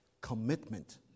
commitment